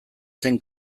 zen